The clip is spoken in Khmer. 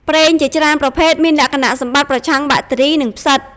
ប្រេងជាច្រើនប្រភេទមានលក្ខណៈសម្បត្តិប្រឆាំងបាក់តេរី និងផ្សិត។